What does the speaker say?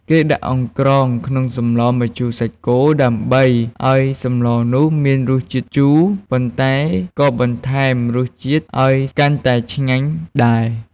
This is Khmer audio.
គេដាក់អង្ក្រងក្នុងសម្លម្ជូរសាច់គោដើម្បីឱ្យសម្លនោះមានរសជាតិជូរ ប៉ុន្តែក៏បន្ថែមរសជាតិឱ្យកាន់តែឆ្ងាញ់ដែរ។